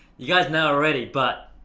guys know already but.